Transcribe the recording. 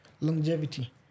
longevity